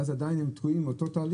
ואז עדיין הם תקועים עם אותו תהליך